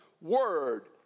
word